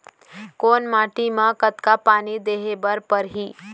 कोन माटी म कतका पानी देहे बर परहि?